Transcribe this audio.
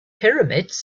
pyramids